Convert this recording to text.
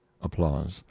Applause